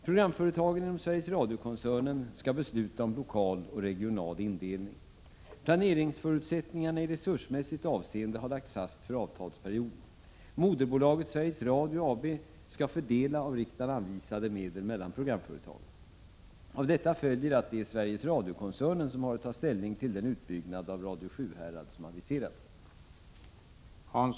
Programföretagen inom Sveriges Radio-koncernen skall besluta om lokal och regional indelning. Planeringsförutsättningarna i resursmässigt avseende har lagts fast för avtalsperioden. Moderbolaget Sveriges Radio AB skall fördela av riksdagen anvisade medel mellan programföretagen. Av detta följer att det är Sveriges Radio-koncernen som har att ta ställning till den utbyggnad av Radio Sjuhärad som aviserats.